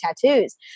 tattoos